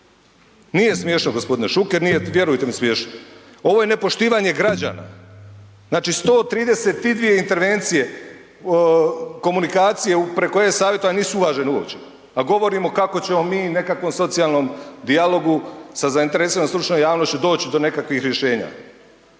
nije smiješno gospodine Šuker, nije vjerujte mi smiješno. Ovo je nepoštivanje građana. Znači 132 intervencije komunikacije preko e-savjetovanja nisu uvažene uopće a govorimo kako ćemo mi nekakvom socijalnom dijalogu sa zainteresiranom stručnom javnošću doći do nekakvih rješenja.